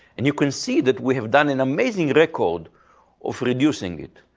and you can see that we have done an amazing record of reducing it.